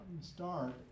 start